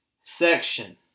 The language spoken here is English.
section